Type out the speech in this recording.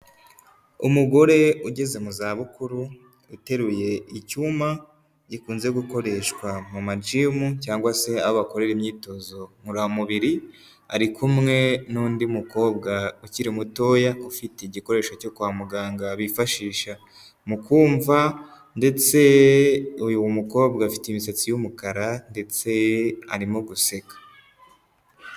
Umugore ugeze mu zabukuru, uteruye icyuma gikunze gukoreshwa mu ma jimu cyangwa se aho bakorera imyitozo ngororamubiri, ari kumwe n'undi mukobwa ukiri mutoya, ufite igikoresho cyo kwa muganga bifashisha mu kumva, ndetse uyu mukobwa afite imisatsi y'umukara ndetse arimo guseka.